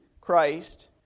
Christ